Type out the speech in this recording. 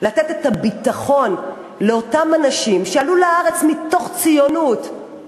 לתת את הביטחון לאותם אנשים שעלו לארץ מתוך ציונות,